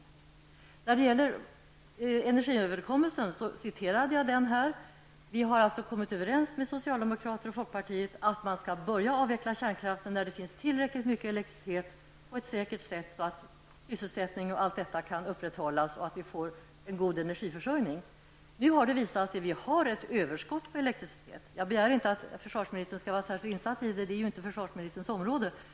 Jag citerade tidigare från energiöverenskommelsen. Centerpartiet har kommit överens med socialdemokraterna och folkpartiet om att man skall börja avveckla kärnkraften när det finns tillgång till tillräckligt mycket elektricitet så att det kan ske på ett säkert sätt, sysselsättningen upprätthållas och att vi får en god energiförsörjning. Nu har det visat sig att vi har ett överskott på elektricitet. Jag begär inte att försvarsministern skall vara särskilt insatt i dessa frågor, det är ju inte försvarsministerns område.